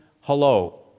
hello